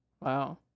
wow